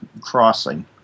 crossing